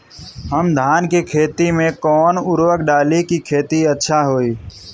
हम धान के खेत में कवन उर्वरक डाली कि खेती अच्छा होई?